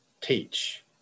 teach